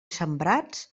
sembrats